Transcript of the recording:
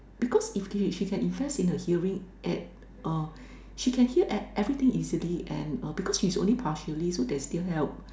because if she can invest in her hearing add uh she can hear everything easily and because she's only partially so there's still help